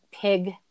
pig